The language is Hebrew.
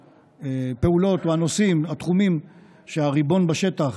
הפעולות או הנושאים או התחומים שהריבון בשטח,